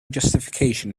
justification